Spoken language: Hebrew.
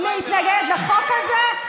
להתנגד לחוק הזה?